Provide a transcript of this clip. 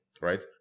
Right